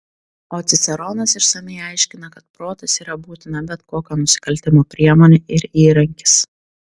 o ciceronas išsamiai aiškina kad protas yra būtina bet kokio nusikaltimo priemonė ir įrankis